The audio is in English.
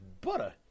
butter